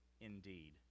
indeed